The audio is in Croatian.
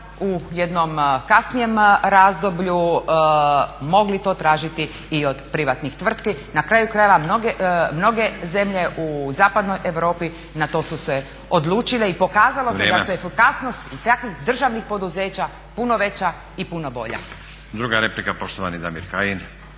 u jednom kasnijem razdoblju mogli to tražiti i od privatnih tvrtki. Na kraju krajeva mnoge zemlje u zapadnoj Europi na to su se odlučile i pokazalo se da su efikasnosti i takvih državnih poduzeća puno veća i puno bolja. **Stazić, Nenad (SDP)** Druga replika, poštovani Damir Kajin.